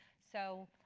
so